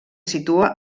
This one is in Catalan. situa